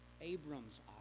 Abram's